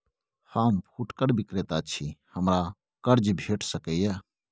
हम फुटकर विक्रेता छी, हमरा कर्ज भेट सकै ये?